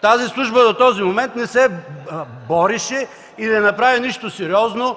тази служба не се бореше и не направи нищо сериозно